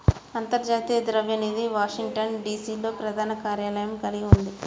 అంతర్జాతీయ ద్రవ్య నిధి వాషింగ్టన్, డి.సి.లో ప్రధాన కార్యాలయం కలిగి ఉంది